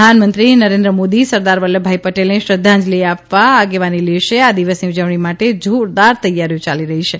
પ્રધાનમંત્રી નરેન્બ મોદી સરદાર વલ્લભભાઇ પટેલને શ્રદ્વાજલી આપવામાં આગેવાની લેશે આ દિવસની ઉજવણી માટેની જોરદાર તૈયારીઓ યાલી રહી છે